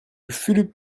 fulup